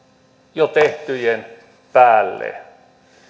jo tehtyjen päälle